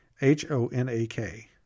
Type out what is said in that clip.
H-O-N-A-K